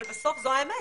אבל בסוף זו האמת.